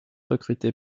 recruté